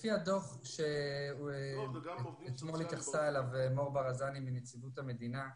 לפי הדוח שאתמול התייחסה אליו מור ברזני מנציבות שירות המדינה,